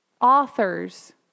authors